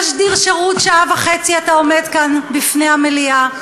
תשדיר שירות, שעה וחצי אתה עומד כאן בפני המליאה.